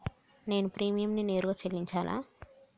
నేను ప్రీమియంని నేరుగా చెల్లించాలా?